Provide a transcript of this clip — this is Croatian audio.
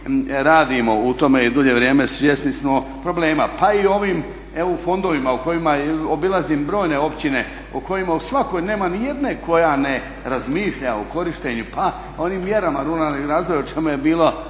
radimo u tome dulje vrijeme, svjesni smo problema. Pa i ovim EU fondovima u kojima, obilazim brojne općine u kojima u svakoj, nema nijedne koja ne razmišlja o korištenju pa i onim mjerama ruralnog razvoja o čemu je bilo